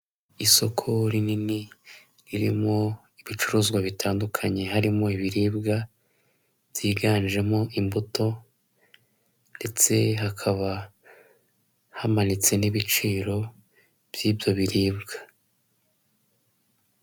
Isoko rinini ririmo ibicuruzwa bitandukanye harimo ibiribwa byiganjemo imbuto, ndetse hakaba hamanitse n'ibiciro by'ibyo biribwa.